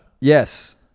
Yes